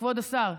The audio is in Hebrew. כבוד השר,